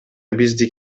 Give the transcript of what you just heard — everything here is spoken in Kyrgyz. бизди